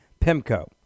Pimco